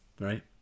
right